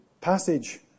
passage